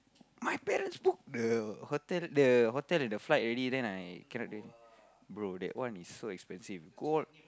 my parents book the hotel the hotel and the flight already then I cannot then bro that one is so expensive go